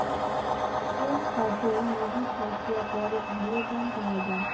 কোন ফসল মুজুত রাখিয়া পরে ভালো দাম পাওয়া যায়?